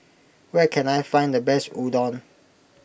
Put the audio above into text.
where can I find the best Udon